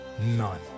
none